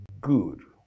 good